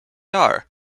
are